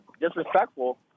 disrespectful